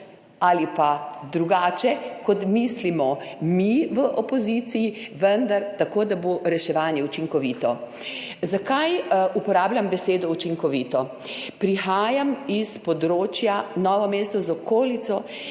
ali pa drugače, kot mislimo mi v opoziciji, vendar tako, da bo reševanje učinkovito. Zakaj uporabljam besedo učinkovito? Prihajam iz območja Novega mesta z okolico,